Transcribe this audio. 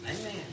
Amen